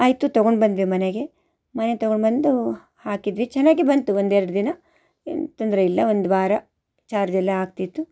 ಆಯಿತು ತಗೊಂಡು ಬಂದ್ವಿ ಮನೆಗೆ ಮನೆಗೆ ತಗೊಂಡು ಬಂದು ಹಾಕಿದ್ವಿ ಚೆನ್ನಾಗೇ ಬಂತು ಒಂದೆರಡು ದಿನ ಏನೂ ತೊಂದರೆ ಇಲ್ಲ ಒಂದು ವಾರ ಚಾರ್ಜ್ ಎಲ್ಲ ಆಗ್ತಿತ್ತು